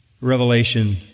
revelation